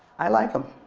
i like them.